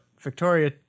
Victoria